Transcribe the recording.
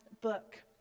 book